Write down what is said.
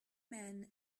men